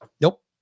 Nope